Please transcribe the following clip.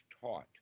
taught